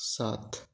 सात